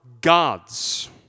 God's